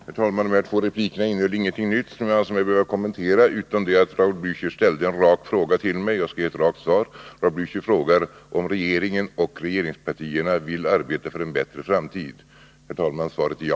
Herr talman! I de här två replikerna framkom ingenting nytt som jag anser mig behöva kommentera. Men Raul Blächer ställde en rak fråga till mig, och jag skall ge ett rakt svar. Raul Blächer frågar om regeringen och regeringspartierna vill arbeta för en bättre framtid. Herr talman! Svaret är ja.